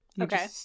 Okay